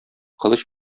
кылыч